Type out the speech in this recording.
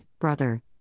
brother